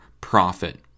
profit